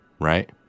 right